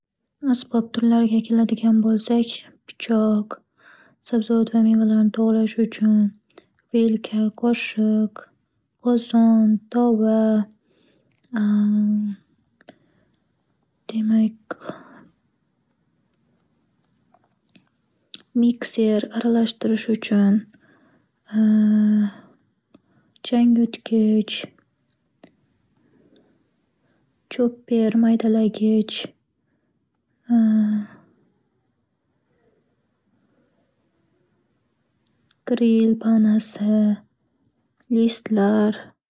Asbob turlariga keladigan bo'lsak, pichoq-sabzavot va mevalarni to'g'rash uchun, vilka, qoshiq, qozon, tova, demak, mikser-aralashtirish uchun, changyutgich, chopper, maydalagich grill panasi, listlar.